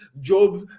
Job